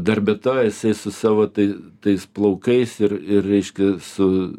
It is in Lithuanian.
dar be to esi su savo tai tais plaukais ir ir reiškia su